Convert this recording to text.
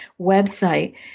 website